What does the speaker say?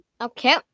Okay